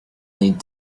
lead